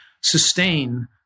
sustain